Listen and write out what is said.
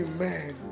Amen